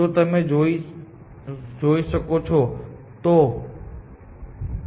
જો તમે જોશો તો તમે A અલ્ગોરિધમ વિશે વિચારશો કે તે શું કરે છે